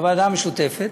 בוועדה המשותפת,